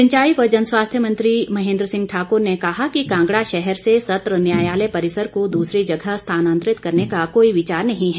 सिंचाई एवं जन स्वास्थ्य मंत्री महेंद्र सिंह ठाकुर ने कहा कि कांगड़ा शहर से सत्र न्यायालय परिसर को दूसरी जगह स्थानांतरित करने का कोई विचार नहीं है